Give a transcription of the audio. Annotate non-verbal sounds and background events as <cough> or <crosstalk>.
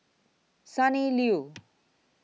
Sonny Liew <noise>